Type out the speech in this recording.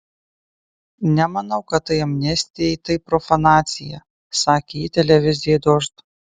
nemanau kad tai amnestijai tai profanacija sakė ji televizijai dožd